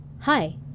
Hi